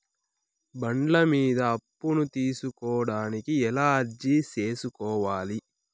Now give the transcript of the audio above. బండ్ల మీద అప్పును తీసుకోడానికి ఎలా అర్జీ సేసుకోవాలి?